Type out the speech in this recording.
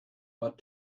but